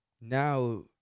Now